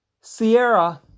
Sierra